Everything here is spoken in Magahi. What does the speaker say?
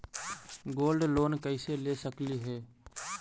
गोल्ड लोन कैसे ले सकली हे?